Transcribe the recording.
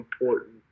important